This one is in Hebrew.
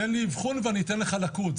תן לי אבחון ואני אתן לך לקות.